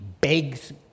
begs